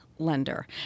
lender